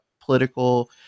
political